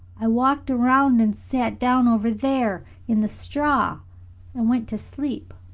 i walked around and sat down over there in the straw and went to sleep.